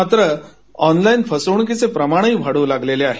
मात्र ऑनलाईन फसवणूकीचे प्रमाणही वाढू लागले आहे